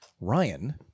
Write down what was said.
Ryan